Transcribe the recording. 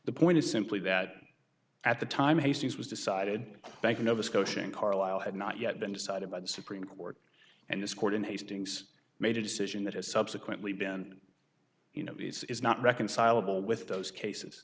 the point is simply that at the time hastings was decided bank of nova scotia and carlyle had not yet been decided by the supreme court and this court in hastings made a decision that has subsequently been you know is not reconcilable with those cases